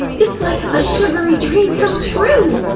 it's like a sugary dream come true!